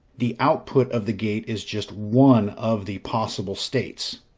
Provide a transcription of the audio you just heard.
the output of the gate is just one of the possible states.